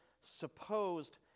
supposed